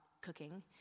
cooking